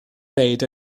wneud